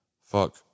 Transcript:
Fuck